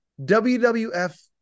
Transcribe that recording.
WWF